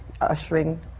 ushering